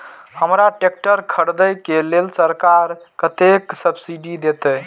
हमरा ट्रैक्टर खरदे के लेल सरकार कतेक सब्सीडी देते?